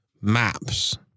maps